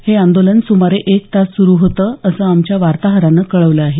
हे आंदोलन सुमारे एक तास सुरू होतं असं आमच्या वातोहरान कळवल आहे